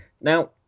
Now